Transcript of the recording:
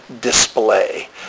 display